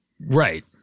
Right